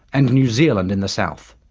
and new zealand in the south.